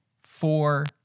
four